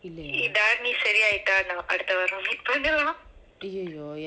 இல்லையே:illaye !aiyoyo!